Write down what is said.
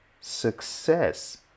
success